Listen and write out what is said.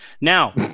now